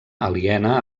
aliena